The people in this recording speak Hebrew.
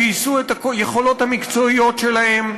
גייסו את היכולות המקצועיות שלהו.